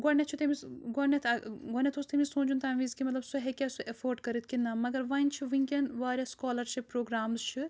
گۄڈٕنیٚتھ چھُ تٔمِس گۄڈٕنیٚتھ گۄڈٕنیٚتھ اوٗس تٔمِس سونٛچُن تَمہِ وِزِ کہِ مطلب سُہ ہیٚکیاہ سُہ ایٚفٲرڈ کٔرِتھ کنہٕ نہٕ مگر وۄنۍ چھُ وُنکٮ۪ن واریاہ سکالرشِپ پرٛوگرامٕز چھِ